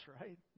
right